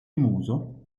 muso